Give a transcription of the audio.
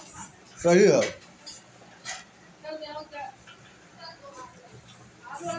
कपास से धागा बनावे में कताई मशीन बड़ा जरूरी हवे